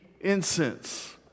incense